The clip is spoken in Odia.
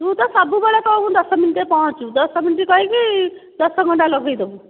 ତୁ ତ ସବୁବେଳେ କହୁ ଦଶ ମିନିଟ୍ରେ ପହଞ୍ଚିବି ଦଶ ମିନିଟ୍ କହିକି ଦଶ ଘଣ୍ଟା ଲଗେଇ ଦେବୁ